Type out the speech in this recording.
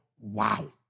wow